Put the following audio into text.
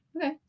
Okay